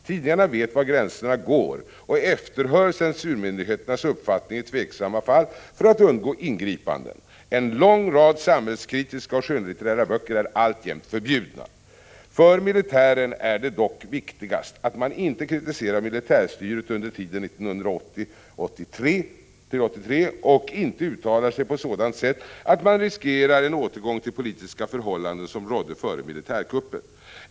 Tidningarna vet var gränserna går och efterhör censurmyndigheternas uppfattning i tveksamma fall för att undgå ingripanden. En lång rad samhällskritiska och skönlitterära böcker är alltjämt förbjudna. För militären är det dock viktigast att man inte kritiserar militärstyret under tiden 1980-1983 och inte uttalar sig på sådant sätt att man riskerar en återgång till politiska förhållanden som rådde före militärkuppen.